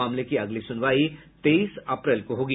मामले की अगली सुनवाई तेईस अप्रैल को होगी